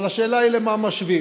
אבל השאלה היא למה משווים.